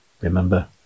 Remember